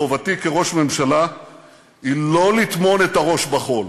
חובתי כראש ממשלה היא לא לטמון את הראש בחול,